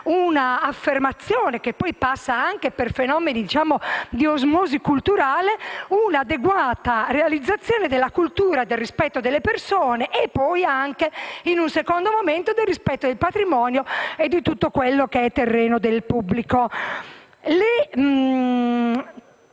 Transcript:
una affermazione, che poi passa anche per fenomeni di osmosi culturale, e un'adeguata realizzazione della cultura del rispetto delle persone e anche, in un secondo momento, del rispetto del patrimonio e di tutto quello che è il terreno del pubblico.